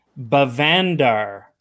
bavandar